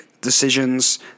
decisions